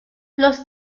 los